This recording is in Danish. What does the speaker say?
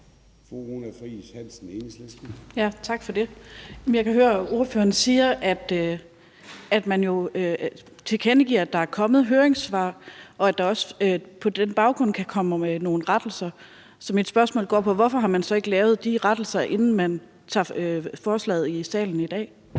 Runa Friis Hansen (EL): Tak for det. Jeg kan høre, at ordføreren siger, at der er kommet høringssvar, og tilkendegiver, at der på den baggrund kan komme nogle rettelser. Så mit spørgsmål går på: Hvorfor har man så ikke lavet de rettelser, inden man tager forslaget i salen i dag?